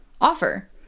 offer